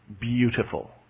beautiful